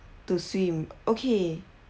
to swim okay